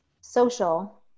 social